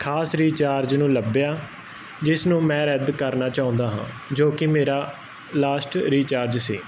ਖਾਸ ਰਿਚਾਰਜ ਨੂੰ ਲੱਭਿਆ ਜਿਸ ਨੂੰ ਮੈਂ ਰੱਦ ਕਰਨਾ ਚਾਹੁੰਦਾ ਹਾਂ ਜੋ ਕਿ ਮੇਰਾ ਲਾਸਟ ਰਿਚਾਰਜ ਸੀ